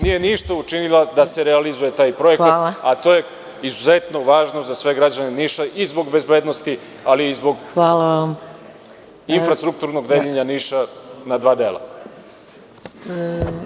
nije ništa učila da se realizuje taj projekat, a to je izuzetno važno za sve građane Niša i zbog bezbednosti, ali i zbog infrastrukturnog deljenja Niša na dva dela.